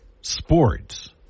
sports